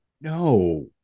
no